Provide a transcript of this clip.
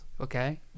Okay